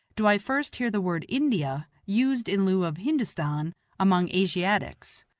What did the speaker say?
do i first hear the word india used in lieu of hindostan among asiatics.